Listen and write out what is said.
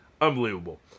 Unbelievable